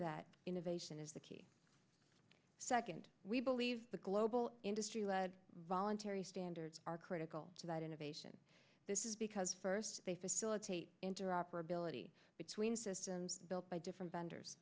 that innovation is the key second we believe the global industry voluntary standards are critical about innovation this is because first they facilitate interoperability between systems built by different vendors